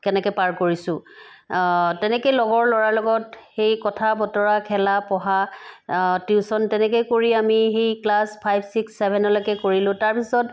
কেনেকৈ পাৰ কৰিছোঁ তেনেকৈ লগৰ ল'ৰাৰ লগত সেই কথা বতৰা খেলা পঢ়া টিউশ্যন তেনেকৈ কৰি আমি সেই ক্লাছ ফাইভ ছিক্স ছেভেনলৈকে কৰিলোঁ তাৰপিছত